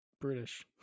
british